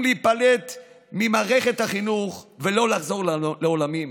להיפלט ממערכת החינוך ולא לחזור לעולמים.